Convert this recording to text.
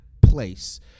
place